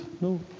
No